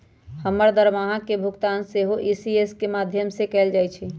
हमर दरमाहा के भुगतान सेहो इ.सी.एस के माध्यमें से कएल जाइ छइ